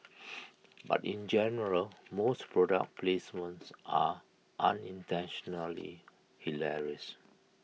but in general most product placements are unintentionally hilarious